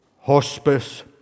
hospice